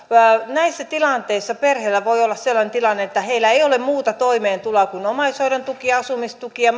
näissä tilanteissa perheillä voi olla sellainen tilanne että heillä ei ole muuta toimeentuloa kuin omaishoidon tuki asumistuki ja